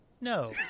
No